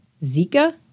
Zika